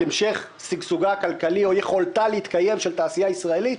על המשך שגשוגה הכלכלי או יכולתה להתקיים של תעשייה ישראלית?